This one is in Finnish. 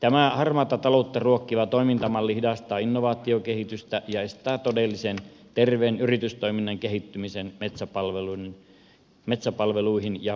tämä harmaata taloutta ruokkiva toimintamalli hidastaa innovaatiokehitystä ja estää todellisen terveen yritystoiminnan kehittymisen metsäpalveluihin ja puunkorjuuseen